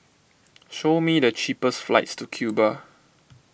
show me the cheapest flights to Cuba